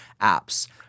apps